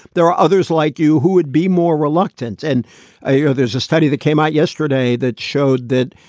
there are others like you who would be more reluctant. and i know there's a study that came out yesterday that showed that,